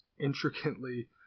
intricately